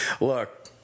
Look